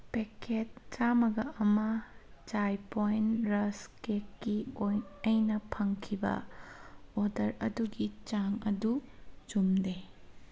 packet ꯆꯥꯃꯒ ꯑꯃ Chai point ꯔꯁ ꯀꯦꯛꯀꯤ ꯑꯩꯅ ꯐꯪꯈꯤꯕ ꯑꯣꯔꯗꯔ ꯑꯗꯨꯒꯤ ꯆꯥꯡ ꯑꯗꯨ ꯆꯨꯝꯗꯦ